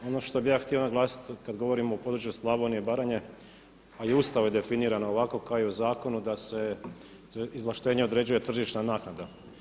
Ono što bih ja htio naglasiti kada govorimo o području Slavonije i Baranje a i u Ustavu je definirano ovako kao i u zakonu da se izvlaštenjem određuje tržišna naknada.